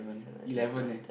elev~ eleven eh